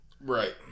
Right